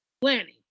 planning